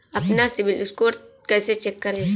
अपना CIBIL score कैसे check करें?